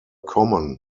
common